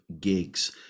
gigs